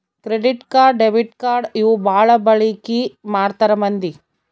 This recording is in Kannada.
ಕ್ರೆಡಿಟ್ ಕಾರ್ಡ್ ಡೆಬಿಟ್ ಕಾರ್ಡ್ ಇವು ಬಾಳ ಬಳಿಕಿ ಮಾಡ್ತಾರ ಮಂದಿ